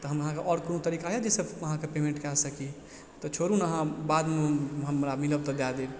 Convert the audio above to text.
तऽ हम अहाँक आओर कोनो तरीका यऽ जाहिसँ अहाँके पेमेंट कए सकी तऽ छोड़ू ने अहाँ बादमे हमरा मिलब तऽ दय देब